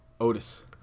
Otis